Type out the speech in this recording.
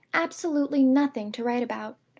absolutely nothing, to write about.